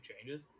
changes